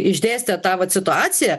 išdėstė tą vat situaciją